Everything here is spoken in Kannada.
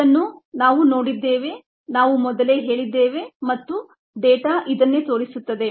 ಇದನ್ನು ನಾವು ನೋಡಿದ್ದೇವೆ ನಾವು ಮೊದಲೇ ಹೇಳಿದ್ದೇವೆ ಮತ್ತು ಡೇಟಾ ಇದನ್ನೇ ತೋರಿಸುತ್ತದೆ